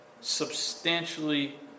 substantially